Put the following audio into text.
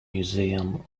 museum